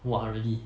!wah! really